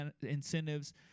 incentives